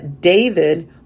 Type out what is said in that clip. David